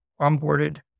onboarded